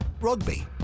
Rugby